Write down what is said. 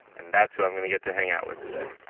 and that's who i'm going to get to hang out with today.